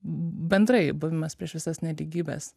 bendrai buvimas prieš visas nelygybes